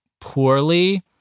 poorly